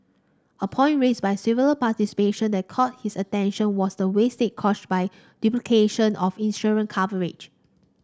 a point raised by several participation that caught his attention was the wastage caused by duplication of insurance coverage